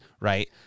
right